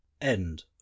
End